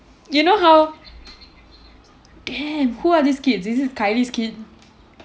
you know how damn who are these kids is it kylie kid